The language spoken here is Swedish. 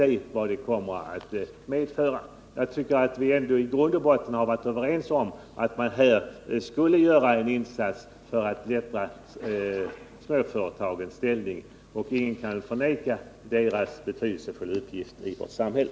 I grund och botten har vi ändå en gång varit överens om att göra en insats på det här området för att underlätta för småföretagen. Ingen kan heller bortse från deras betydelsefulla uppgift i vårt samhälle.